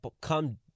come